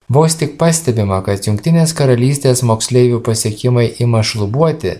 vos tik pastebima kad jungtinės karalystės moksleivių pasiekimai ima šlubuoti